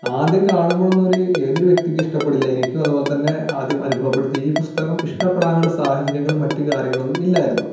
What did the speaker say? ആദ്യം കാണുമ്പോഴൊന്നും ഒരു ഏതൊരു വ്യക്തിക്കും ഇഷ്ടപ്പെടില്ല എനിക്കും അതുപോലെ തന്നെ ആദ്യം അനുഭവപ്പെടുത്തി ഈ പുസ്തകം ഇഷ്ടപ്പെടാനുള്ള സാഹചര്യങ്ങളും മറ്റ് കാര്യങ്ങളൊന്നും ഇല്ലായിരുന്നു